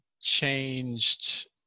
changed